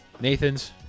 Nathan's